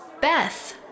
Beth